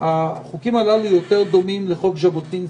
החוקים הללו יותר דומים לחוק ז'בוטינסקי.